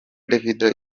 davido